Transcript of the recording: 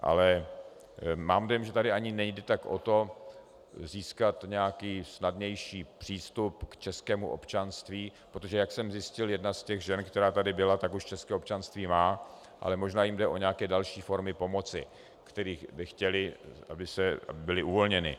Ale mám dojem, že tady nejde ani tak o to získat nějaký snadnější přístup k českému občanství, protože jak jsem zjistil, jedna z těch žen, která tady byla, už české občanství má, ale možná jim jde o nějaké další formy pomoci, které by chtěli, aby byly uvolněny.